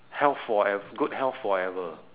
health forev~ good health forever